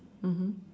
mmhmm